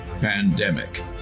Pandemic